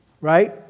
right